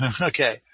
Okay